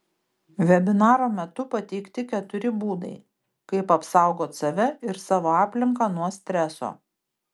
vebinaro metu pateikti keturi būdai kaip apsaugot save ir savo aplinką nuo streso